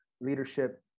leadership